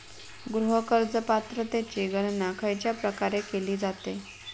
गृह कर्ज पात्रतेची गणना खयच्या प्रकारे केली जाते?